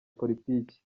politiki